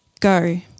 Go